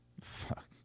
fuck